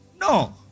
No